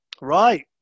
Right